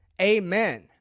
amen